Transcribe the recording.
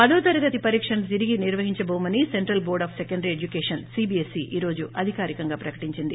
పదో తరగతి పరీక్షను తిరిగి నిర్వహించటోమని central board of secondary education CBSE ఈరోజు అధికారికంగా ప్రకటించింది